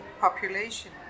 population